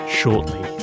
shortly